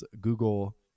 Google